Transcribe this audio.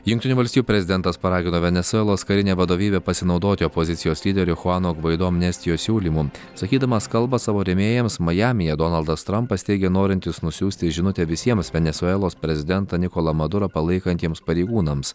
jungtinių valstijų prezidentas paragino venesuelos karinę vadovybę pasinaudoti opozicijos lyderio chuano gvaido amnestijos siūlymu sakydamas kalbą savo rėmėjams majamyje donaldas trampas teigė norintis nusiųsti žinutę visiems venesuelos prezidentą nikolą madurą palaikantiems pareigūnams